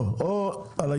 לא, או היתרות.